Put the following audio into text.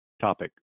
topic